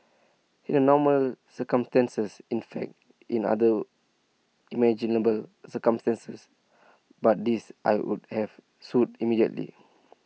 in A normal circumstances in fact in other imaginable circumstances but this I would have sued immediately